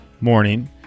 morning